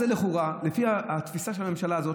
לפי התפיסה של הממשלה הזאת,